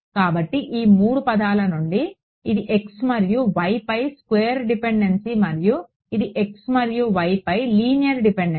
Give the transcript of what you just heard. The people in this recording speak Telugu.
కాబట్టి ఈ 3 పదాల నుండి ఇది x మరియు y పై స్క్వేర్డ్ డిపెండెన్స్ మరియు ఇది x మరియు yపై లీనియర్ డిపెండెన్స్